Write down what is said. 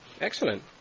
Excellent